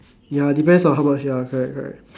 ya depends on how much ya correct correct